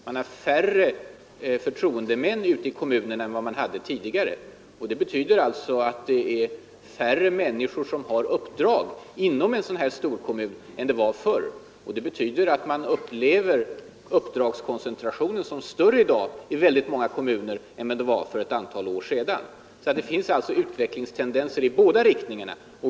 Man har färre förtroendemän ute i kommunerna än vad man hade tidigare. Det betyder att man upplever uppdragskoncentrationen som större i dag i väldigt många kommuner än för ett antal år sedan. Det finns således utvecklingstendenser i båda riktningarna.